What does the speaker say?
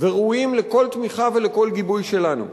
וראויים לכל תמיכה ולכל גיבוי שלנו.